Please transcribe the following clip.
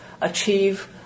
achieve